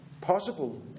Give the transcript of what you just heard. possible